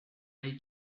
hay